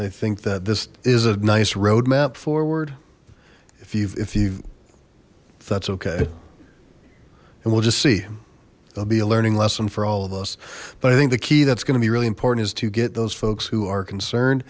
think that this is a nice roadmap forward if you if you that's okay and we'll just see there'll be a learning lesson for all of us but i think the key that's gonna be really important is to get those folks who are concerned